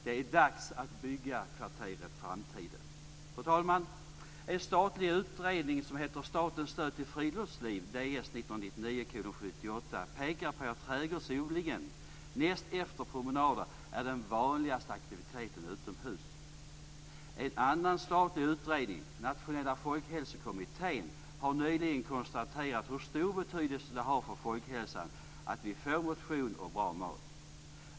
Det är dags att bygga kvarteret framtiden. Fru talman! En statlig utredning som heter Statens stöd till friluftsliv, Ds 1999:78, pekar på att trädgårdsodling näst efter promenader är den vanligaste aktiviteten utomhus. En annan statlig utredning, Nationella folkhälsokommittén, har nyligen konstaterat hur stor betydelse det har för folkhälsan att vi får motion och bra mat.